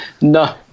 no